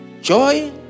Joy